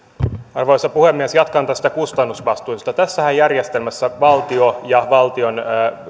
arvoisa puhemies jatkan näistä kustannusvastuista tässähän järjestelmässä valtio ja valtion